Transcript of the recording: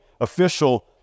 official